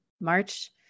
March